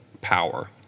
power